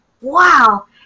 wow